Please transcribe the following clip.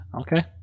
Okay